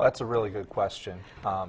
that's a really good question